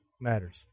matters